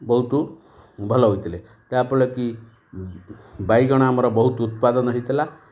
ବହୁତ ଭଲ ହୋଇଥିଲେ ଯାହାଫଳରେ କି ବାଇଗଣ ଆମର ବହୁତ ଉତ୍ପାଦନ ହେଇଥିଲା